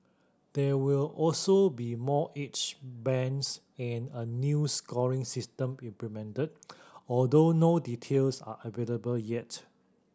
there will also be more age bands and a new scoring system implemented although no details are available yet